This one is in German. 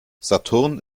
saturn